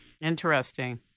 Interesting